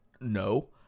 no